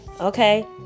Okay